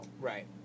Right